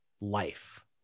life